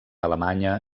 alemanya